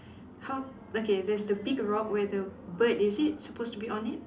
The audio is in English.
how okay there's the big rock where the bird is it supposed to be on it